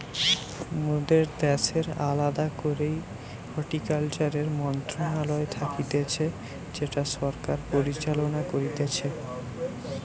মোদের দ্যাশের আলদা করেই হর্টিকালচারের মন্ত্রণালয় থাকতিছে যেটা সরকার পরিচালনা করতিছে